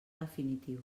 definitiu